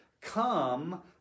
come